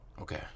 Okay